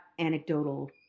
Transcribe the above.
anecdotal